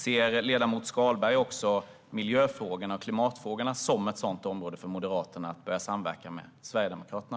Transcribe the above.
Ser Skalberg Karlsson miljö och klimatfrågorna som ett område där Moderaterna också kan börja samverka med Sverigedemokraterna?